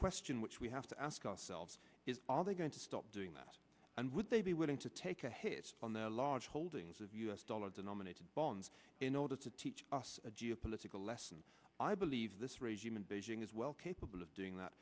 question which we have to ask ourselves is are they going to stop doing that and would they be willing to take a hit on their large holdings of u s dollar denominated bonds in order to teach us a geopolitical lesson i believe this regime in beijing is well capable of doing that